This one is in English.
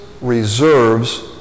reserves